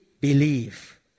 believe